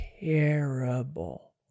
terrible